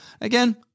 Again